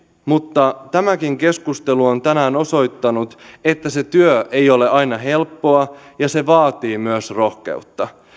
mutta tämäkin keskustelu on tänään osoittanut että se työ ei ole aina helppoa ja se vaatii myös rohkeutta